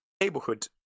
neighborhood